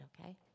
Okay